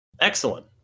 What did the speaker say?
Excellent